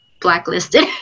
blacklisted